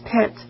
pit